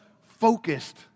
focused